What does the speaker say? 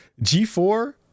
G4